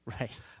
Right